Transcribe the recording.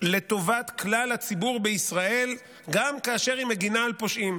לטובת כלל הציבור בישראל גם כאשר היא מגינה על פושעים,